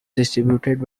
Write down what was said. distributed